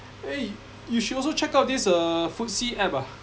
eh you should also check out this uh Footsy app ah